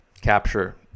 capture